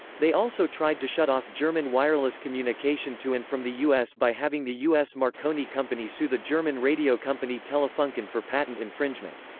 they also tried to shut off german wireless communication to and from the us by having the us marconi company sue the german radio company telefunken for patent infringement.